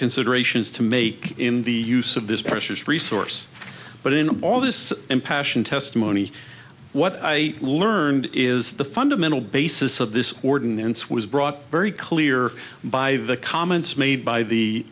considerations to make in the use of this precious resource but in all this and passion testimony what i learned is the fundamental basis of this ordinance was brought very clear by the comments made by the